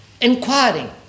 inquiring